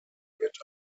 wird